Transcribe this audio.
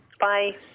Bye